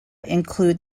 include